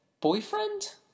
boyfriend